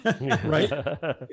right